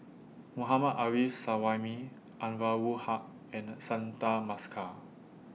Mohammad Arif Suhaimi Anwarul Ha and Santha Bhaskar